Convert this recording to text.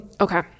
Okay